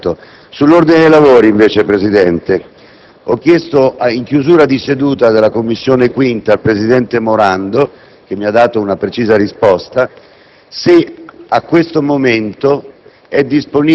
Sull'ordine dei lavori, invece, signor Presidente, ho chiesto in chiusura di seduta della 5ª Commissione al presidente Morando, che mi ha dato una precisa risposta, se è disponibile